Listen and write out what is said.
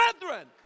brethren